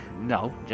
No